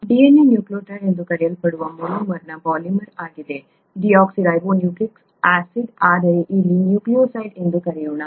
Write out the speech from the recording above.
DNA nucleotide ಎಂದು ಕರೆಯಲ್ಪಡುವ ಮೊನೊಮರ್ನ ಪಾಲಿಮರ್ ಆಗಿದೆ ಡಿಯೋಕ್ಸಿರೈಬೋನ್ಯೂಕ್ಲಿಕ್ ಆಸಿಡ್ ಆದರೆ ಇಲ್ಲಿ ನ್ಯೂಕ್ಲಿಯೊಟೈಡ್ ಎಂದು ಕರೆಯೋಣ